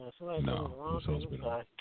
No